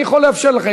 אני יכול לאפשר לך,